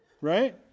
Right